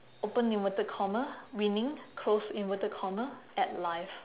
open inverted comma winning close inverted comma at life